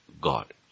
God